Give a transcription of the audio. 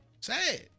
Sad